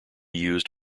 used